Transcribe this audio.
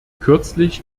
kürzlich